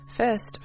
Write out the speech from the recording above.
First